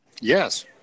yes